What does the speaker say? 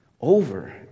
over